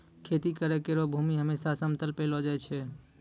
खेती करै केरो भूमि हमेसा समतल पैलो जाय छै